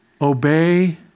Obey